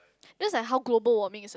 that's like how global warming is a